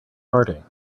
farting